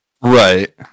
right